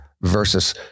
versus